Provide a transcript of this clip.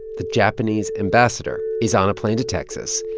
the japanese ambassador is on a plane to texas.